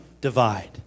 divide